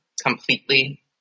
completely